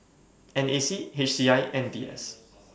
NAC HCI and VS